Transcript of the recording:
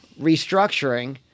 Restructuring